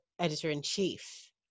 editor-in-chief